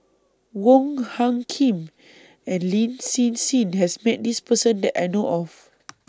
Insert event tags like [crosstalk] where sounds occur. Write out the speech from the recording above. Wong Hung Khim and Lin Hsin Hsin has Met This Person that I know of [noise]